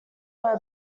were